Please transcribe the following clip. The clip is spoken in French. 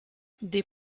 des